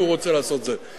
אם הוא רוצה לעשות את זה.